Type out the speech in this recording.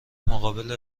مقابل